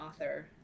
author